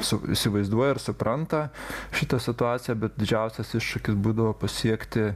su įsivaizduoja ir supranta šitą situaciją bet didžiausias iššūkis būdavo pasiekti